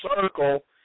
circle